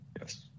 Yes